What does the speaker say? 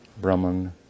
brahman